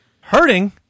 Hurting